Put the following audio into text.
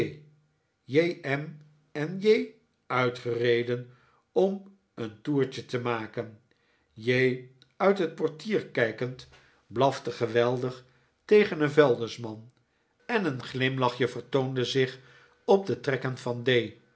j uitgereden om een toertje te maken j uit het portier kijkend blafte geweldig tegen een vuilnisman en een glimlachje vertoonitiimirritimittmi david copperfield de zich op de trekken van d